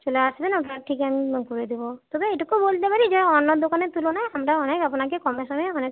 চলে আসবেন ওটা ঠিক আমি করে দেবো তবে এটুকু বলতে পারি যে অন্য দোকানের তুলনায় আমরা অনেক আপনাকে কমে সমে মানে